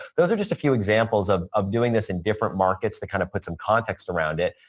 those are just a few examples of of doing this in different markets to kind of put some context around it.